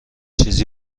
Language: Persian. چیزی